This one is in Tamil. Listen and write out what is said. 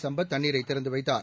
சம்பத் தண்ணீரை திறந்து வைத்தார்